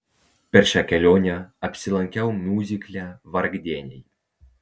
per šią kelionę apsilankiau miuzikle vargdieniai